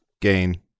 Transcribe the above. Gain